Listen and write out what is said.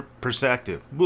perspective